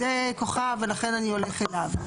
זה כוכב ולכן אני הולך אליו.